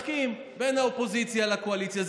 משחקים בין האופוזיציה לקואליציה.